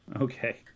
okay